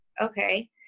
okay